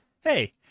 Hey